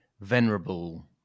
venerable